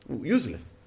useless